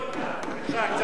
בבקשה קצת שקט.